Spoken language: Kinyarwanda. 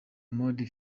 mdee